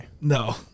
No